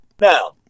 Now